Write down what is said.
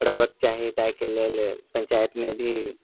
बढ़ाबऽके चाही ताहिके लेल पञ्चाइतमे भी